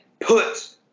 put